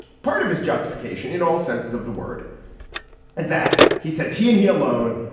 part of his justification in all senses of the word is that he says he and he alone,